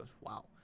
Wow